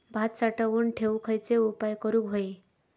भात साठवून ठेवूक खयचे उपाय करूक व्हये?